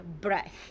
breath